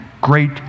great